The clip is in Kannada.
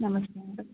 ನಮಸ್ತೆ ಮೇಡಮ್